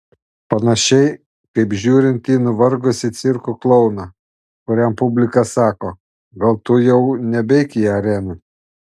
panašiai kaip žiūrint į nuvargusį cirko klouną kuriam publika sako gal tu jau nebeik į areną